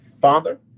Father